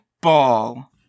ball